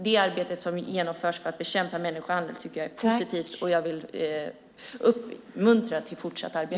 Det arbete som utförs för att bekämpa människohandel är positivt, och jag vill uppmuntra till fortsatt arbete.